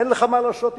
אין לך מה לעשות אתם.